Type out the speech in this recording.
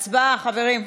הצבעה, חברים.